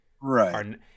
right